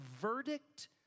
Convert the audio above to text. verdict